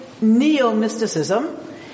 neo-mysticism